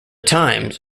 times